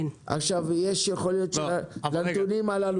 לנתונים הללו